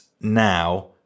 now